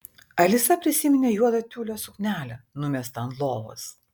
alisa prisiminė juodą tiulio suknelę numestą ant lovos